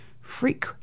Freak